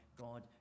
God